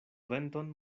venton